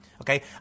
Okay